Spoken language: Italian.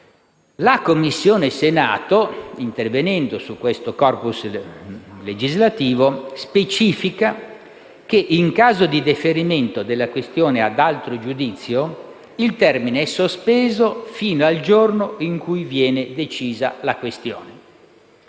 La Commissione del Senato, intervenendo su questo *corpus* legislativo, specifica che, in caso di deferimento della questione ad altro giudizio, il termine è sospeso fino al giorno in cui viene decisa la questione.